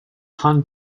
hunt